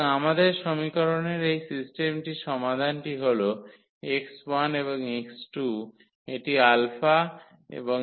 সুতরাং আমাদের সমীকরণের এই সিস্টেমটির সমাধানটি হল 𝑥1 এবং 𝑥2 এটি 𝛼 এবং এটি 1 0𝑇